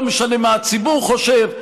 לא משנה מה הציבור חושב,